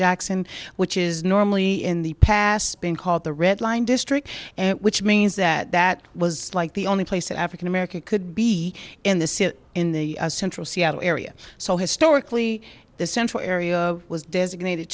jackson which is normally in the past been called the red line district which means that that was like the only place that african american could be in the city in the central seattle area so historically the central area was designated